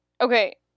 Okay